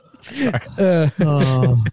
Sorry